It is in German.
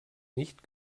nicht